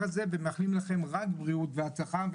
הזה ומאחלים לכם רק בריאות והצלחה.